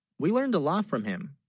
we learned a lot, from him